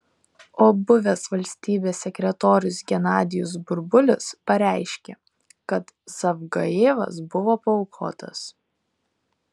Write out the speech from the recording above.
o buvęs valstybės sekretorius genadijus burbulis pareiškė kad zavgajevas buvo paaukotas